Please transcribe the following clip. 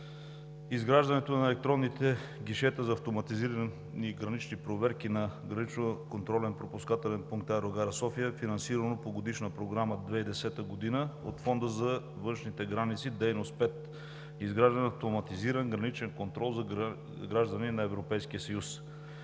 изграждането на електронните гишета за автоматизирани гранични проверки на ГКПП аерогара София е финансирано по Годишна програма 2010 г. от Фонда за външните граници – Дейност 5: „Изграждане на автоматизиран граничен контрол за граждани на Европейския съюз“.